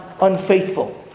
unfaithful